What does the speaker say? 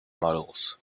models